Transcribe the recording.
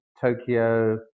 Tokyo